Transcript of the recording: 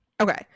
Okay